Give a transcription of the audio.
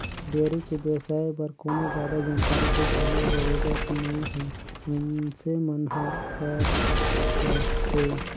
dairy के बेवसाय बर कोनो जादा जानकारी के घलोक जरूरत नइ हे मइनसे मन ह कर डरथे